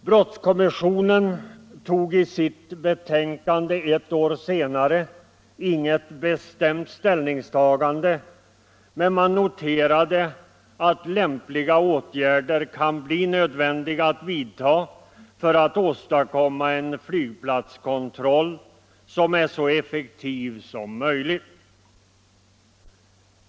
Brottskommissionen tog i sitt betänkande ett år senare ingen bestämd ståndpunkt, men man noterade att lämpliga åtgärder kan bli nödvändiga att vidta för att åstadkomma en flygplatskontroll som är så effektiv som möjligt.